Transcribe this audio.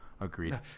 agreed